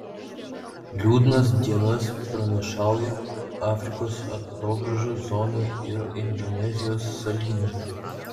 liūdnas dienas pranašauja afrikos atogrąžų zonai ir indonezijos salynui